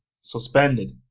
suspended